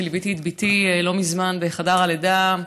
כשליוויתי את בתי לא מזמן בחדר הלידה,